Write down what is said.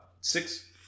six